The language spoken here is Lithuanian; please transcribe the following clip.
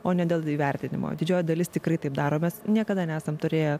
o ne dėl įvertinimo didžioji dalis tikrai taip daro mes niekada nesam turėję